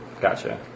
Gotcha